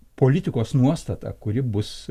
politikos nuostata kuri bus